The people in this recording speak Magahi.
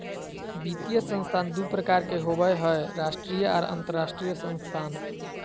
वित्तीय संस्थान दू प्रकार के होबय हय राष्ट्रीय आर अंतरराष्ट्रीय संस्थान